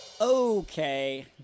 Okay